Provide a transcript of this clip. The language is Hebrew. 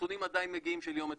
הנתונים עדיין מגיעים ליום אתמול.